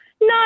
No